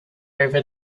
over